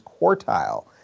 quartile